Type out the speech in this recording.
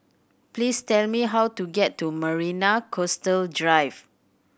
please tell me how to get to Marina Coastal Drive